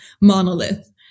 monolith